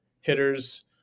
hitters